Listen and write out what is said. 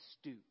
stoop